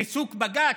ריסוק בג"ץ?